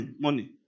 money